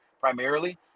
primarily